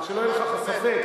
שלא יהיה לך ספק,